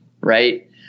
Right